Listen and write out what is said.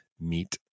Meet